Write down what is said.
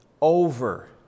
over